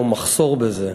יש לנו מחסור בזה.